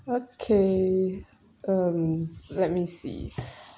okay um let me see